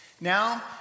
Now